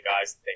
guys